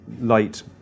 light